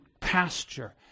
pasture